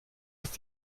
ist